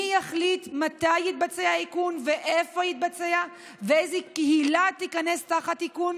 מי יחליט מתי יתבצע האיכון ואיפה יתבצע ואיזו קהילה תיכנס תחת איכון